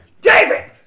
David